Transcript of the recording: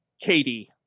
Katie